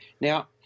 Now